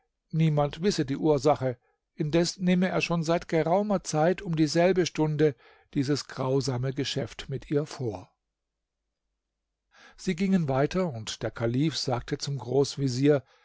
niemand wisse die ursache indes nehme er schon seit geraumer zeit um dieselbe stunde dieses grausame geschäft mit ihr vor sie gingen weiter und der kalif sagte zum